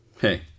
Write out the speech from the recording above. Hey